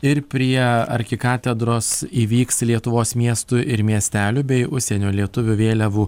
ir prie arkikatedros įvyks lietuvos miestų ir miestelių bei užsienio lietuvių vėliavų